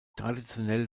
traditionell